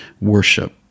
worship